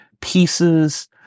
pieces